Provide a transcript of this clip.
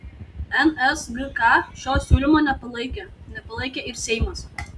nsgk šio siūlymo nepalaikė nepalaikė ir seimas